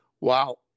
Wow